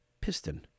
piston